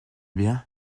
bien